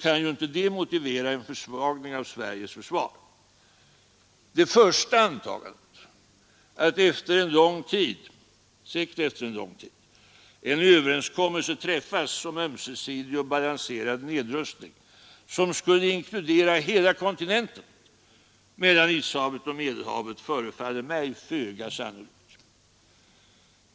kan inte det motivera en försvagning av Sveriges försvar. Det första antagandet, att — säkert efter en lång tid — en överenskommelse träffas om en ömsesidig och balanserad nedrustning, som skulle inkludera hela kontinenten mellan Ishavet och Medelhavet, förefaller mig föga sannolikt.